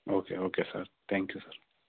okay okay sir thank you sir